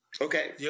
okay